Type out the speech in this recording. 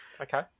Okay